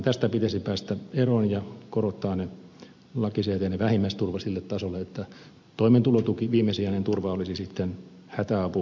tästä pitäisi päästä eroon ja korottaa lakisääteinen vähimmäisturva sille tasolle että toimeentulotuki viimesijainen turva olisi sitten hätäapu pelastusvene tilapäiseen apuun